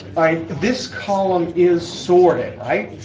right, this column is sorted, right?